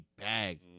bag